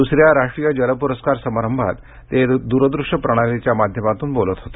दुसऱ्या राष्ट्रीय जल पुरस्कार समारंभात ते दुरदृश्य प्रणालीच्या माध्यमातून बोलत होते